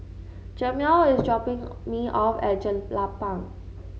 Jamel is dropping me off at Jelapang